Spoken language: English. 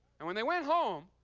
and when they went home,